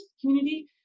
community